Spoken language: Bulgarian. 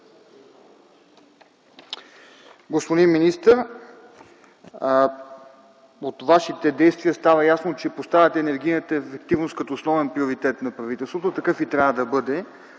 Господин министър, от Вашите действия става ясно, че поставяте енергийната ефективност като основен приоритет на правителството – такъв и трябва да бъде,